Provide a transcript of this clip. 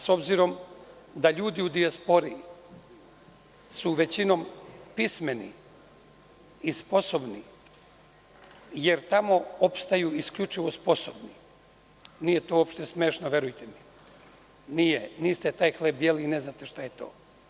S obzirom da su ljudi u dijaspori većinom pismeni i sposobni, jer tamo opstaju isključivo sposobni, nije to uopšte smešno, verujte mi, nije, niste taj hleb jeli i ne znate šta je to.